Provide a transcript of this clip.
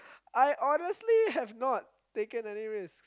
I honestly have not taken any risks